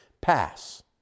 pass